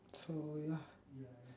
so ya